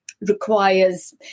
requires